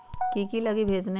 की की लगी भेजने में?